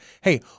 hey